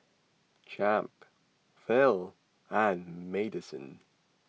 Champ Phil and Madisen